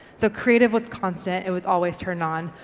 so creative was constant. it was always turned on,